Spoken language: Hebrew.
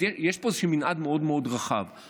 יש פה מנעד רחב מאוד.